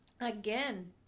again